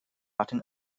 latin